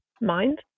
mind